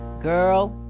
girl,